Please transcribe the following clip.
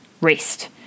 rest